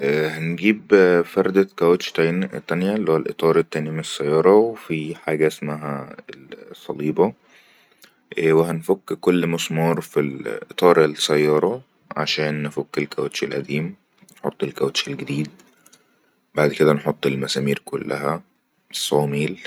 ها-هتجيب فردت كوتشتين تانيه اللي هو اطار الثاني من السيارة وفي حاجه اسمها الصليبة ونفك كل مسمار في اطار السيارة عشان نفك الكوتش الاديم نحط الكوتشة الجديد بعد كدا نحط المسامير كلها الصوميل